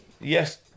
yes